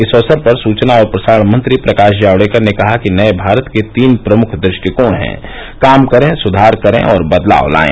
इस अवसर पर सूचना और प्रसारण मंत्री प्रकाश जावड़ेकर ने कहा कि नये भारत के तीन प्रमुख द् ष्टिकोण हैं काम करें सुधार करें और बदलाव लायें